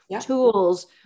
tools